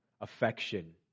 affection